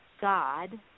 God